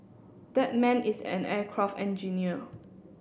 that man is an aircraft engineer